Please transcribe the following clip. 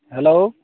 hello